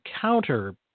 counter –